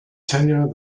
tenure